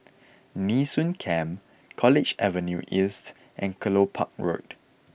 Nee Soon Camp College Avenue East and Kelopak Road